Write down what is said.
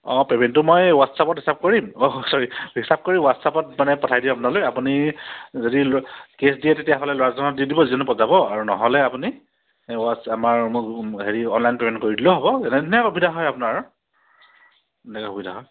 অঁ পে'মেণ্টো মই হোৱাটছআপত ৰিচ্ভ কৰিম অঁ চৰি ৰিচভ কৰি হোৱাটছআপত মানে পঠাই দিম আপোনালৈ আপুনি যদি কেছ দিয়ে তেতিয়াহ'লে ল'ৰাজনক দি দিব যোনজন যাব আৰু নহ'লে আপুনি এই হোৱাটছ আমাৰ মোক হেৰি অনলাইন পে'মেণ্ট দিলেও হ'ব যেনেধৰণে সুবিধা হয় আৰু আপোনাৰ যেনেকৈ সুবিধা হয়